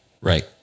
Right